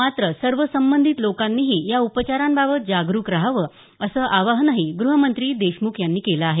मात्र सर्व संबंधित लोकांनीही या उपचारांबाबत जागरुक रहावं असं आवाहनही गुहमंत्री देशमुख यांनी केलं आहे